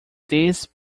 these